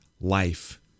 life